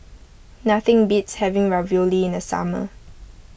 nothing beats having Ravioli in the summer